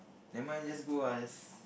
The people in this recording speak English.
never mind just go ah just